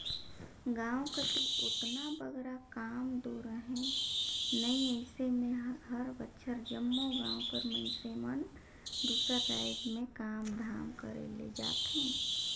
गाँव कती ओतना बगरा काम दो रहें नई अइसे में हर बछर जम्मो गाँव कर मइनसे मन दूसर राएज में काम धाम करे ले जाथें